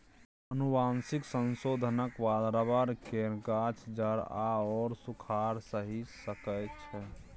आनुवंशिक संशोधनक बाद रबर केर गाछ जाड़ आओर सूखाड़ सहि सकै छै